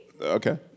okay